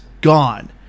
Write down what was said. gone